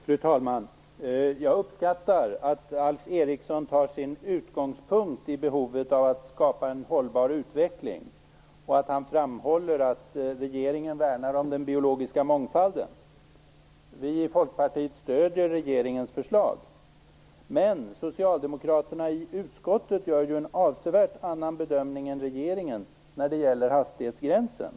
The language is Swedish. Fru talman! Jag uppskattar att Alf Eriksson tar sin utgångspunkt i behovet av att skapa en hållbar utveckling och att han framhåller att regeringen värnar om den biologiska mångfalden. Vi i Folkpartiet stöder regeringens förslag. Men socialdemokraterna i utskottet gör ju en avsevärt annorlunda bedömning än regeringen när det gäller hastighetsgränsen.